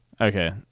okay